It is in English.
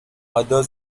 other